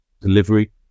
delivery